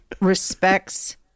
respects